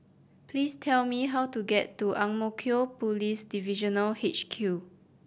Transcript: please tell me how to get to Ang Mo Kio Police Divisional H Q